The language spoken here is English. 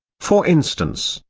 for instance,